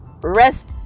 rest